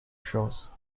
shows